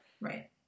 Right